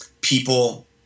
people